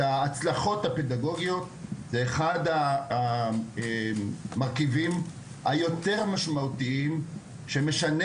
ההצלחות הפדגוגיות זה אחד המרכיבים היותר משמעותיים שמשנה